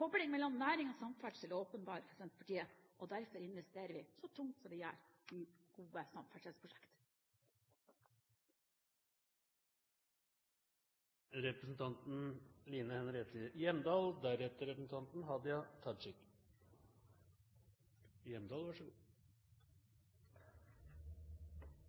Koblingen mellom næring og samferdsel er åpenbar for Senterpartiet, og derfor investerer vi så tungt som vi gjør i gode